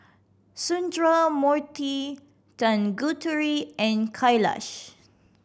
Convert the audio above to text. Sundramoorthy Tanguturi and Kailash